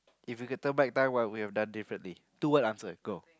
if you could turn back time what would you have done differently two word answer go